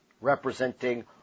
representing